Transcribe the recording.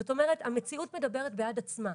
זאת אומרת: המציאות מדברת בעד עצמה.